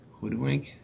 Hoodwink